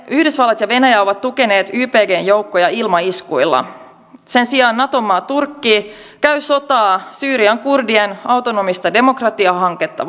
yhdysvallat ja venäjä ovat tukeneet ypgn joukkoja ilmaiskuilla sen sijaan nato maa turkki käy sotaa syyrian kurdien autonomista demokratiahanketta